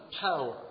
power